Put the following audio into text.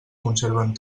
conserven